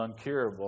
uncurable